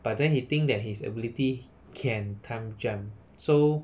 but then he think that his ability can time jump so